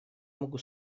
могу